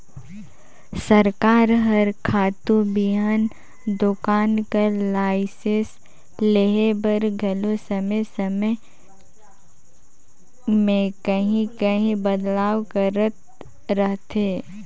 सरकार हर खातू बीहन दोकान कर लाइसेंस लेहे बर घलो समे समे में काहीं काहीं बदलाव करत रहथे